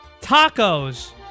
Tacos